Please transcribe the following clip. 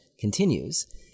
continues